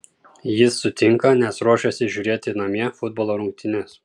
jis sutinka nes ruošiasi žiūrėti namie futbolo rungtynes